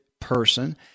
person